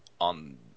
on